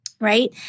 Right